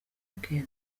bwe